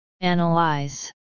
Analyze